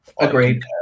Agreed